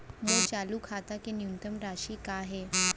मोर चालू खाता के न्यूनतम राशि का हे?